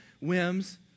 whims